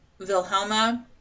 Wilhelma